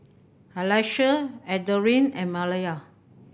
Alyssia Adrienne and Mallie